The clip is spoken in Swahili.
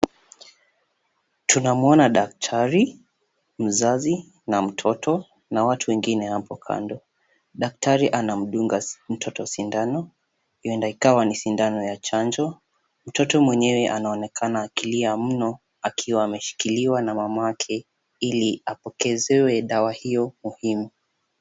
Tunamwona daktari, mzazi, na mtoto na watu wengine hapo kando. Daktari anamdunga mtoto sindano, huenda ikawa ni sindano ya chanjo. Mtoto mwenyewe anaonekana akilia mno, akiwa ameshikiliwa na mama yake ili apokeeze dawa hiyo muhimu.